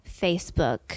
Facebook